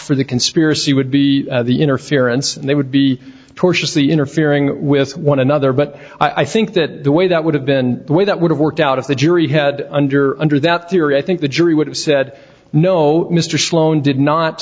for the conspiracy would be the interference and they would be tortious the interfering with one another but i think that the way that would have been the way that would have worked out if the jury had under under that theory i think the jury would have said no mr sloan did not